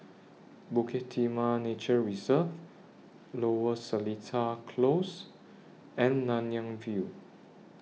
Bukit Timah Nature Reserve Lower Seletar Close and Nanyang View